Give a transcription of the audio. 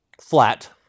flat